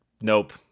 Nope